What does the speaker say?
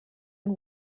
and